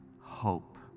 hope